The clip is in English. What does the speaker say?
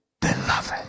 beloved